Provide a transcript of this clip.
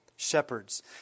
shepherds